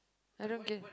I don't get it